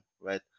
right